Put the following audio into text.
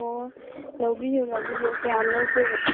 ꯑꯣ ꯂꯧꯕꯤꯎ ꯂꯧꯕꯤꯎ ꯀꯌꯥꯝ ꯂꯧꯗꯣꯏꯅꯣ